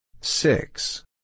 Six